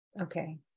okay